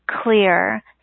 clear